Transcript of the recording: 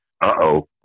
uh-oh